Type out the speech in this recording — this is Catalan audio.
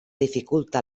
dificulta